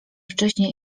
wcześnie